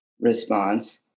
response